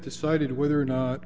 decided whether or not